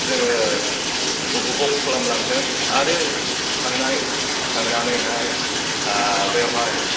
जोङो अब्लुबक खालामलांदों आरो थांनाय थांनानैहाय आह बेवहाय